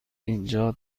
اینجا